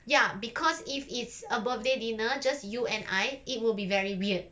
ya because if it's a birthday dinner just you and I it will be very weird